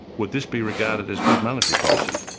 would this be regarded as good monetary policy?